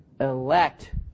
elect